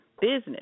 business